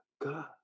God